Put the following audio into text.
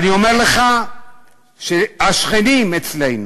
אני אומר לך שהשכנים אצלנו,